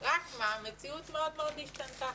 רק מה, המציאות מאוד השתנתה,